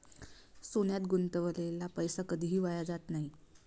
सोन्यात गुंतवलेला पैसा कधीही वाया जात नाही